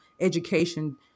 education